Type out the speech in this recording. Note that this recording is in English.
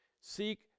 seek